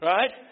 Right